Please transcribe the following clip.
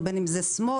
בין אם זה שמאל,